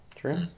True